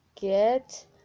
get